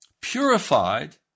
purified